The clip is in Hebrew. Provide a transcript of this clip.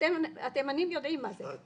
התימנים יודעים מה זה,